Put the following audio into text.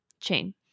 chain